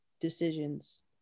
decisions